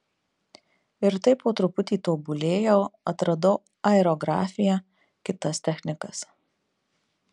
ir taip po truputį tobulėjau atradau aerografiją kitas technikas